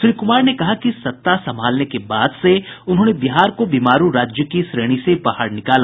श्री कुमार ने कहा कि सत्ता संभालने के बाद से उन्होंने बिहार को बीमारू राज्य की श्रेणी से बाहर निकाला